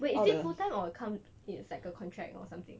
wait is it full time or comes it's like a contract or something